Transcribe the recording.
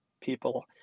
people